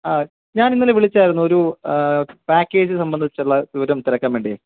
ആ ഞാന് ഇന്നലെ വിളിച്ചായിരുന്നു ഒരു പാക്കേജ് സംബന്ധിച്ചുള്ള വിവരം തിരക്കാന് വേണ്ടിയേ